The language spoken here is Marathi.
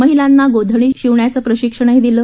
महिलाना गोधडी शिवण्याच प्रशिक्षण ही दिल